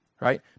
Right